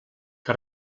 que